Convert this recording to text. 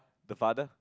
the father